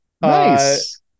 Nice